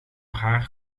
haar